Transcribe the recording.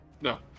No